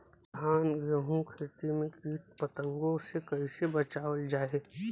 धान गेहूँक खेती के कीट पतंगों से कइसे बचावल जाए?